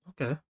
Okay